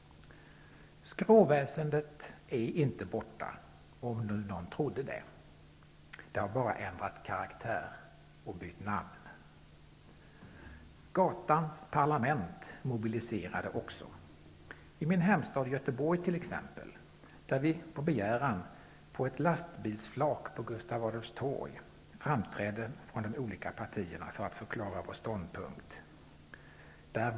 Skråväsendet är inte borta -- om nu någon trodde det! Det har bara ändrat karaktär och bytt namn. Gatans parlament mobiliserade också. I min hemstad Göteborg t.ex. har på begäran de olika partierna framträtt på ett lastbilsflak på Gustav Adolfs torg för att förklara sin ståndpunkt.